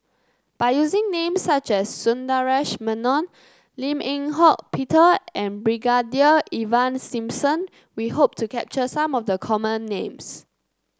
by using names such as Sundaresh Menon Lim Eng Hock Peter and Brigadier Ivan Simson we hope to capture some of the common names